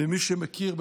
ולמי שמכיר,